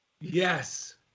Yes